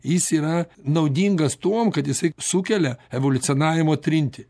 jis yra naudingas tuom kad jisai sukelia evoliucionavimo trintį